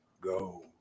go